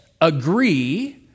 agree